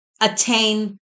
attain